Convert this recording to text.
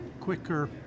quicker